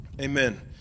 Amen